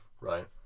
right